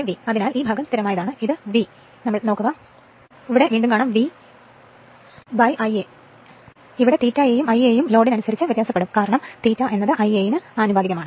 അതിനാൽ ഈ ഭാഗം സ്ഥിരമായതാണ് ഇത് VI യിൽ ആണ്